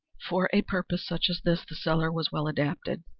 for a purpose such as this the cellar was well adapted.